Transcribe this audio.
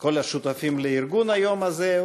ואת כל השותפים לארגון היום הזה,